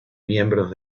miembros